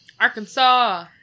Arkansas